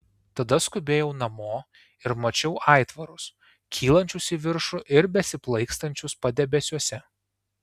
tada skubėjau namo ir mačiau aitvarus kylančius į viršų ir besiplaikstančius padebesiuose